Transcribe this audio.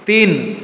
তিন